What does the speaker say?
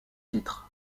titres